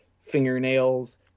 fingernails